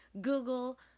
Google